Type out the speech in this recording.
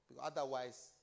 Otherwise